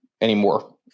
anymore